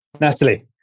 Natalie